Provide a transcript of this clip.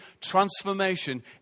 transformation